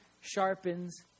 sharpens